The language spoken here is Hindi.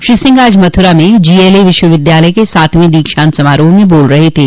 श्री सिंह आज मथुरा में जोएलए विश्वविद्यालय के सातवें दीक्षांत समारोह में बोल रहे थे